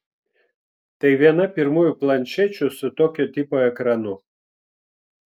tai viena pirmųjų planšečių su tokio tipo ekranu